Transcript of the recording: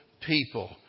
people